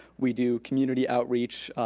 we do community outreach,